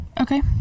okay